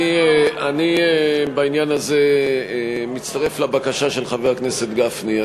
אני בעניין הזה מצטרף לבקשה של חבר הכנסת גפני.